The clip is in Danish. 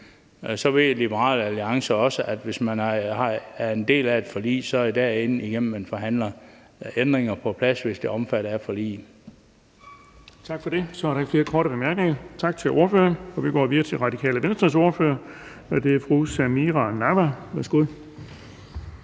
ved Liberal Alliance også, at hvis man er en del af et forlig, er det i forligskredsen, man forhandler ændringer på plads, hvis det er omfattet af forliget. Kl. 13:53 Den fg. formand (Erling Bonnesen): Tak for det. Så er der ikke flere korte bemærkninger. Tak til ordføreren. Vi går videre til Radikale Venstres ordfører, og det er fru Samira Nawa. Værsgo.